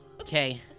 Okay